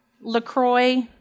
Lacroix